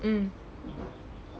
um